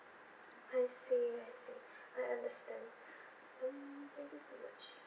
I see I see I understand mm thank you so much